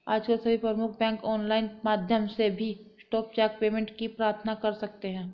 आजकल सभी प्रमुख बैंक ऑनलाइन माध्यम से भी स्पॉट चेक पेमेंट की प्रार्थना कर सकते है